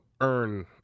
earn